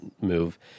move